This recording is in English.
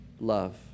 love